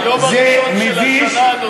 היום הראשון של השנה הנוצרית,